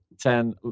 ten